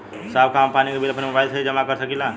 साहब का हम पानी के बिल अपने मोबाइल से ही जमा कर सकेला?